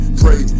pray